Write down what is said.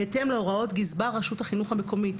בהתאם להוראות גזבר רשות הרשות המקומית.